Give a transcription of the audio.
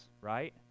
right